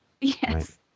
Yes